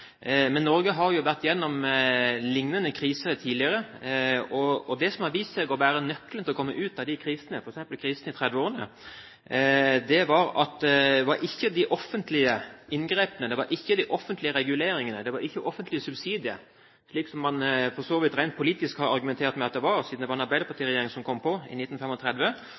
krisene – f.eks. krisen i 1930-årene – det var ikke de offentlige inngrepene, det var ikke de offentlige reguleringene, det var ikke offentlige subsidier, slik som man for så vidt rent politisk har argumentert med at det var, siden det var en arbeiderpartiregjering som kom i 1935, men det var faktisk den innovasjonen og den nyskapningen som ble satt i